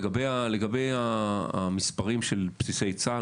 לגבי המספרים של בסיסי צה"ל,